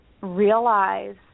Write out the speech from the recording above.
realize